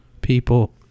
people